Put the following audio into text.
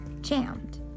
jammed